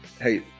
Hey